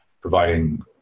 providing